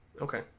Okay